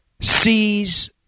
sees